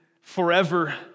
forever